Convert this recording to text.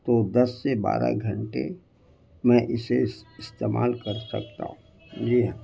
تو دس سے بارہ گھنٹے میں اسے اس استعمال کر سکتا ہوں جی ہاں